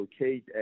locate